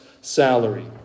salary